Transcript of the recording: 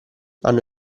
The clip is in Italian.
hanno